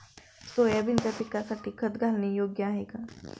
सोयाबीनच्या पिकासाठी खत घालणे योग्य आहे का?